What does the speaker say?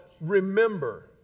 remember